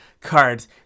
cards